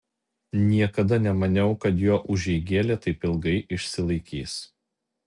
niekada nemaniau kad jo užeigėlė taip ilgai išsilaikys